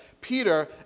Peter